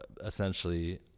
essentially